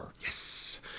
Yes